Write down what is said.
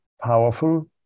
powerful